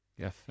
Yes